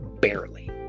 barely